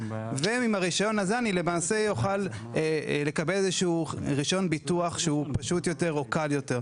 ואיתו אוכל לקבל איזה שהוא רישיון ביטוח שהוא פשוט יותר או קל יותר.